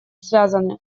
связаны